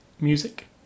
Music